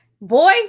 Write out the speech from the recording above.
Boy